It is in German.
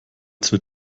zur